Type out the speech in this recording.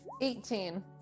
Eighteen